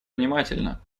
внимательно